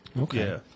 Okay